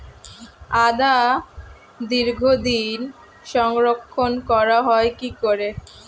আদা দীর্ঘদিন সংরক্ষণ করা হয় কি করে?